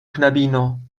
knabino